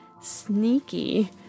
sneaky